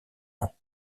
ans